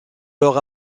leur